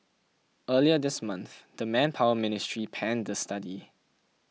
earlier this month the Manpower Ministry panned the study